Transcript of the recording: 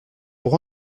pour